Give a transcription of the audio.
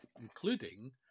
including